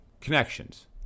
connections